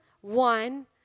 one